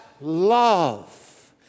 love